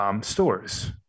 stores